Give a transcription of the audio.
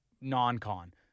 non-con